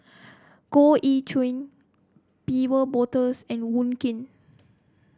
Goh Ee Choo Wolters and Wong Keen